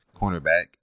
cornerback